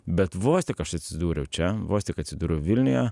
bet vos tik aš atsidūriau čia vos tik atsidūriau vilniuje